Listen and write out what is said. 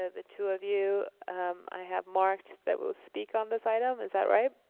ah the two of you i have marked that will speak on this item, is that right?